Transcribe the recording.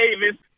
Davis